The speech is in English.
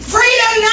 Freedom